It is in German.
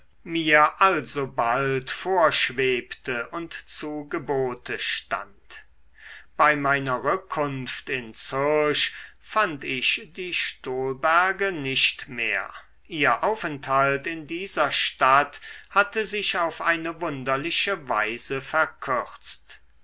mir alsobald vorschwebte und zu gebote stand bei meiner rückkunft in zürch fand ich die stolberge nicht mehr ihr aufenthalt in dieser stadt hatte sich auf eine wunderliche weise verkürzt